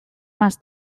más